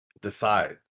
decide